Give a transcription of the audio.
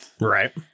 right